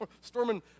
storming